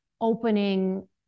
opening